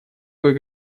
кое